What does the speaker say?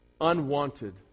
unwanted